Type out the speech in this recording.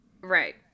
Right